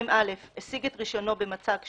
(2א) השיג את רישיונו במצג שווא,